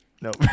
Nope